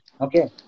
okay